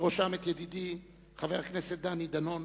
ובראשם את ידידי חבר הכנסת דני דנון,